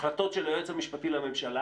החלטות של היועץ המשפטי לממשלה